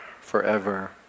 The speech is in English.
forever